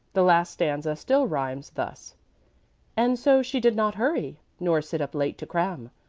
the last stanza still rhymes, thus and so she did not hurry, nor sit up late to cram,